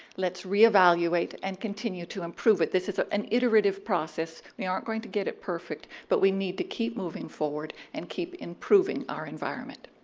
let's reevaluate and continue to improve it. this is ah an iterative process. we aren't going to get it perfect. but we need to keep moving forward and keep improving our environment.